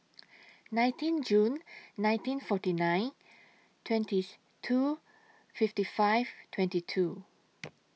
nineteen June nineteen forty nine twentieth two fifty five twenty two